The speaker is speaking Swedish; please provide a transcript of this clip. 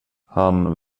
han